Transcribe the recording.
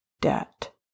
debt